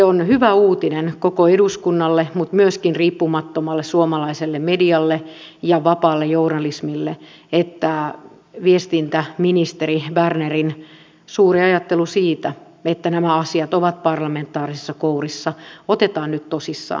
on hyvä uutinen koko eduskunnalle mutta myöskin riippumattomalle suomalaiselle medialle ja vapaalle journalismille että viestintäministeri bernerin suuri ajattelu siitä että nämä asiat ovat parlamentaarisissa kourissa otetaan nyt tosissaan